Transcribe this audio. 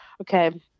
okay